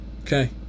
Okay